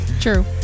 True